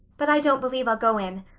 but i don't believe i'll go in.